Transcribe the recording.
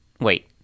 Wait